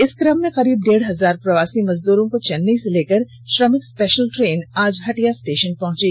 इसी कम में करीब डेढ़ हजार प्रवासी मजदूरों को चेन्नई से लेकर श्रमिक स्पेषल ट्रेन आज हटिया स्टेषन पहुंची